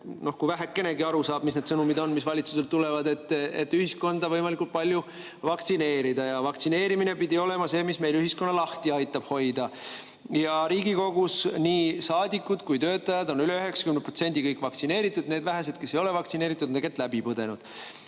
no kui vähekenegi aru saab, mis need sõnumid on, mis valitsusest tulevad –, et ühiskonda võimalikult palju vaktsineerida. Vaktsineerimine pidi olema see, mis meil ühiskonna lahti aitab hoida. Riigikogus nii saadikud kui ka töötajad on üle 90% vaktsineeritud ja need vähesed, kes ei ole vaktsineeritud, on tegelikult läbi põdenud.